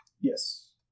Yes